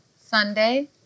Sunday